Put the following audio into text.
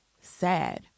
Sad